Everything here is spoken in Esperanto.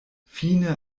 fine